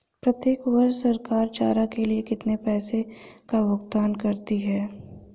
प्रत्येक वर्ष सरकार चारा के लिए कितने पैसों का भुगतान करती है?